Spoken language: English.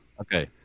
Okay